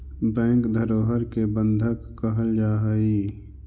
bank धरोहर के बंधक कहल जा हइ